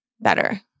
better